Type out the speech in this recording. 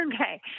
Okay